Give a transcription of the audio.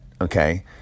okay